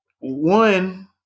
one